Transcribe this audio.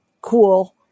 cool